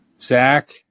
Zach